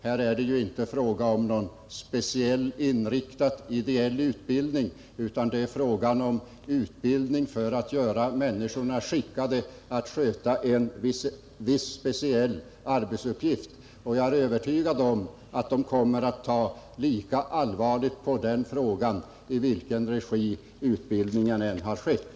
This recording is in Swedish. Här är det inte fråga om någon speciellt inriktad ideell utbildning, utan det är fråga om utbildning för att göra människorna skickade att sköta en viss speciell arbetsuppgift. Jag är övertygad om att de kommer att ta lika allvarligt på sin uppgift i vilken regi utbildningen än har skett.